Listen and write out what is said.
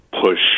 push